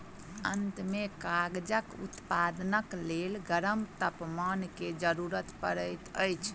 अंत में कागजक उत्पादनक लेल गरम तापमान के जरूरत पड़ैत अछि